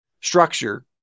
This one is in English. structure